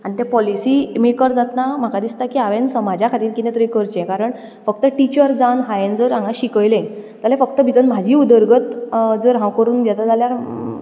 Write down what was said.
आनी ते policy maker जातना म्हाका दिसता की हांवें समाजा खातीर कितें तरी करचें कारण फक्त टिचर जावन हांवें जर हांगा शिकयलें जाल्यार फक्त तितूंत म्हजी उदरगत जर हांव करून घेतां जाल्यार